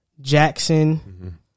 Jackson